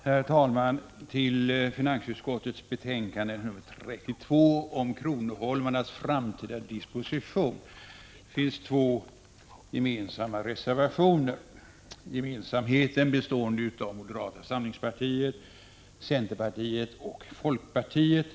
Herr talman! Till finansutskottets betänkande 32 om kronoholmarnas framtida disposition finns två gemensamma reservationer. Gemensamheten består i detta fall mellan moderata samlingspartiet, centerpartiet och folkpartiet.